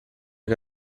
que